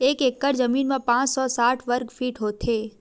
एक एकड़ जमीन मा पांच सौ साठ वर्ग फीट होथे